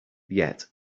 yet